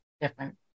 different